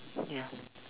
ya